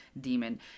demon